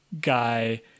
guy